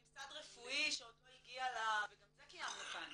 לממסד הרפואי שעוד לא הגיע --- וגם זה קיימנו כאן.